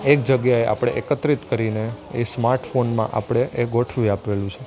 એક જગ્યાએ આપણે એકત્રિત કરીને એ સ્માર્ટફોનમાં આપણે એ ગોઠવી આપેલું છે